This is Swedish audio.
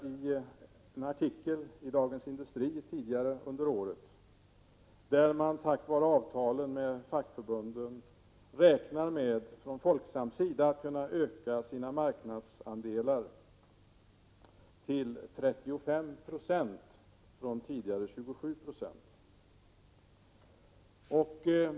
I en artikel i Dagens Industri skrev man tidigare i år att Folksam tack vare avtalen med fackförbunden räknar med att kunna öka sina marknadsandelar till 35 20 — mot tidigare 27 70.